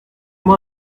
moi